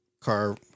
car